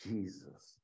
Jesus